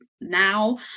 now